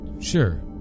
Sure